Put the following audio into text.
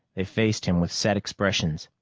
they faced him with set expressions.